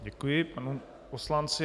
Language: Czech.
Děkuji panu poslanci.